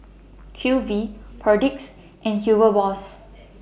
Q V Perdix and Hugo Loss